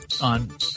on